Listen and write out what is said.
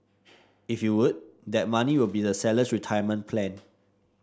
if you would that money will be the seller's retirement plan